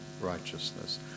righteousness